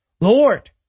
Lord